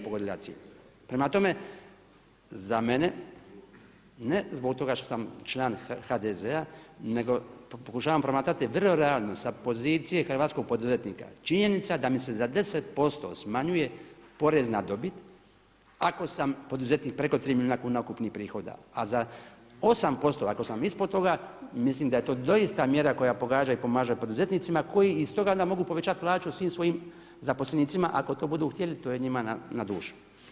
Prema tome, za mene ne zbog toga što sam član HDZ-a nego pokušavam promatrati vrlo realno sa pozicije hrvatskog poduzetnika, činjenica da mi se za 10% smanjuje porez na dobit ako sam poduzetnik preko 3 milijuna ukupnih prihoda, a za 8% ako sam ispod toga mislim da je to doista mjera koja pogađa i pomaže poduzetnicima koji iz toga onda povećati plaću svim svojim zaposlenicima ako to budu htjeli, to je njima na dušu.